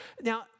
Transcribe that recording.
Now